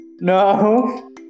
No